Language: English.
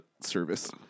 Service